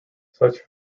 such